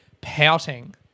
pouting